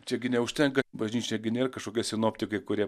čiagi neužtenka bažnyčia gi nėra kažkokie sinoptikai kurie